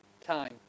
time